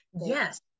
Yes